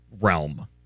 realm